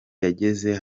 yageze